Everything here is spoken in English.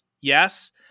yes